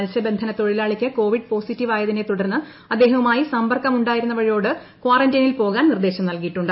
മത്സ്യബന്ധനതൊഴിലാളിക്ക് covid പോസിറ്റീവാ യതിനെ തുർന്ന് അദ്ദേഹവുമായി സമ്പർക്കമുണ്ടായിരുന്നവരോട് കാറന്റൈനിൽ പോകാൻ നിർദേശം നല്കിയിട്ടുണ്ട്